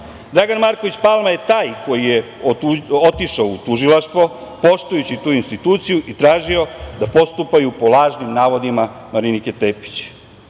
lažima. Dragan Marković Palma je taj koji je otišao u tužilaštvo, poštujući tu instituciju i tražio da postupaju po lažnim navodima Marinike Tepić.